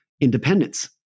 Independence